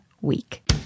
week